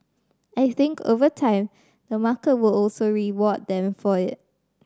I think over time the market will also reward them for it